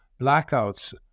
blackouts